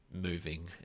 moving